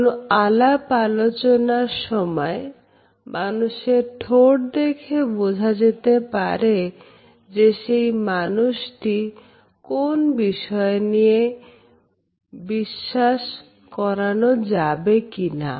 কোন আলাপ আলোচনার সময় মানুষের ঠোট দেখে বোঝা যেতে পারে যে সেই মানুষটিকে কোন বিষয় নিয়ে বিশ্বাস করানো যাবে কিনা